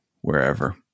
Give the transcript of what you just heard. wherever